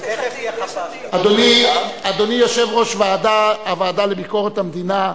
אדוני יושב-ראש הוועדה לביקורת המדינה,